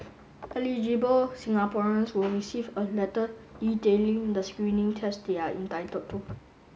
Eligible Singaporeans will receive a letter detailing the screening tests they are entitled to